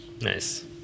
Nice